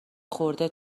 خورده